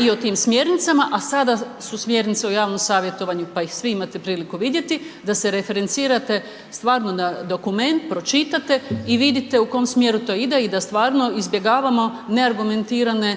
i o tim smjernicama, a sada su smjernice u javnom savjetovanju pa ih svi imate priliku vidjeti da se referencirate stvarno da dokument pročitate i vidite u kom smjeru to ide i da stvarno izbjegavamo neargumentirane,